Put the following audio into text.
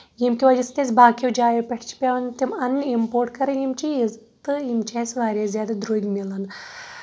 ییٚمہِ کہِ وجہہ سۭتۍ اَسہِ باقیو جایو پٮ۪ٹھ چھِ پیٚوان تِم اَنٕنہِ اَمپوٹ کَرٕنۍ یِم چیٖز تہٕ یِم چھِ اَسہِ واریاہ زیادٕ دروٚگۍ مِلان